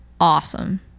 awesome